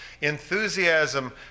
enthusiasm